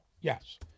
Yes